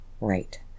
right